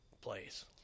place